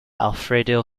alfredo